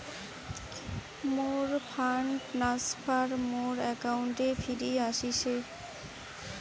মোর fund transfer মোর অ্যাকাউন্টে ফিরি আশিসে